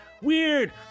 weird